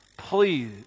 Please